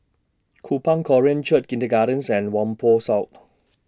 Kupang Korean Church Kindergartens and Whampoa South